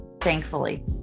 thankfully